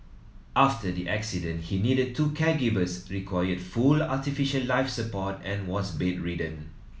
after the accident he needed two caregivers required full artificial life support and was bedridden